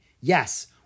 Yes